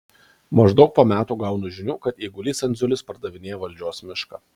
maždaug po metų gaunu žinių kad eigulys andziulis pardavinėja valdžios mišką